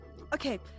okay